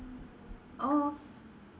or